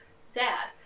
sad